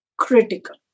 critical